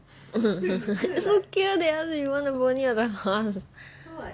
it's so cute they ask you want the pony or the horse